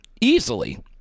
easily